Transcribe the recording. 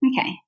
Okay